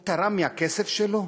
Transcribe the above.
הוא תרם מהכסף שלו?